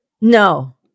No